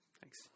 Thanks